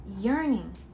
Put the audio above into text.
yearning